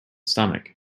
stomach